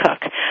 Cook